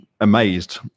amazed